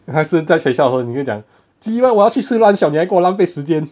还是在学校的时候你就讲 cheebye 我要去吃 lunch liao 你还跟我浪费时间